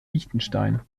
liechtenstein